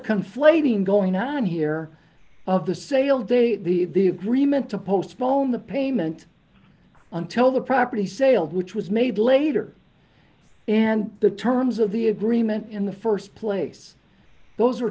conflating going on here of the sale date the the agreement to postpone the payment until the property sales which was made later and the terms of the agreement in the st place those are